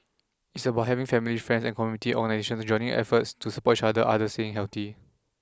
it's about having family friends and community organisations joining efforts to support each other other staying healthy